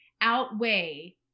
outweigh